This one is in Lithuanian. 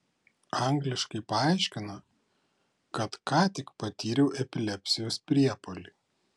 angliškai paaiškina kad ką tik patyriau epilepsijos priepuolį